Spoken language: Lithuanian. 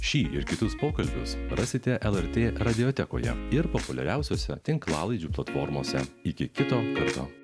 šį ir kitus pokalbius rasite lrt radiotekoje ir populiariausiose tinklalaidžių platformose iki kito karto